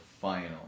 final